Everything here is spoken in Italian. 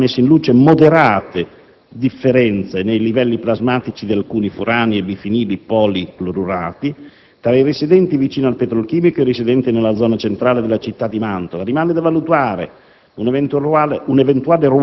Complessivamente, tali risultati hanno messo in luce moderate differenze nei livelli plasmatici di alcuni furani e bifenili policlorurati (PCB) tra i residenti vicino al petrolchimico e i residenti nella zona centrale della città di Mantova: